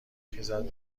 خیزد